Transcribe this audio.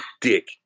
dick